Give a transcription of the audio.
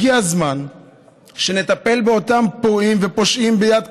הגיע הזמן שנטפל באותם פורעים ופושעים ביד קשה,